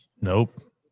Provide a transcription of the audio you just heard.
Nope